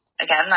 again